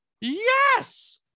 yes